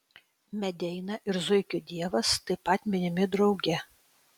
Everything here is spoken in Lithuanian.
medeina ir zuikių dievas taip pat minimi drauge